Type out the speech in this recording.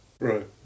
Right